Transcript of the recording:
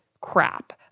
crap